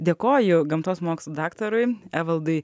dėkoju gamtos mokslų daktarui evaldui